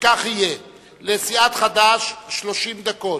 וכך יהיה: לסיעת חד"ש, 30 דקות,